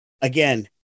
again